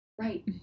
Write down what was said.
Right